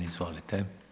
Izvolite.